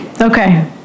Okay